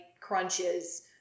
crunches